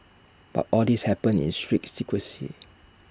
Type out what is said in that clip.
but all this happened in strict secrecy